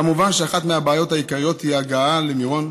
כמובן, אחת הבעיות העיקריות היא ההגעה למירון.